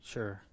Sure